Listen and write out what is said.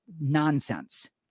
nonsense